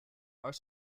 are